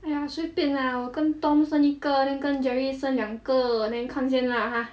!aiya! 随便 lah 我跟 tom 生一个 then 跟 jerry 生两个 then 看先 lah !huh!